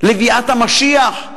לביאת המשיח,